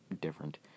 different